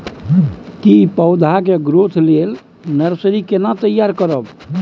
की पौधा के ग्रोथ लेल नर्सरी केना तैयार करब?